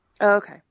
Okay